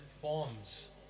forms